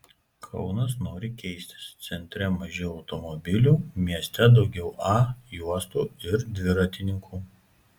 kaunas nori keistis centre mažiau automobilių mieste daugiau a juostų ir dviratininkų